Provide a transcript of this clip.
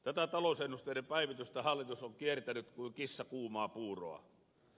tätä talousennusteiden päivitystä hallitus on kiertänyt kuin kissa kuumaa puuroa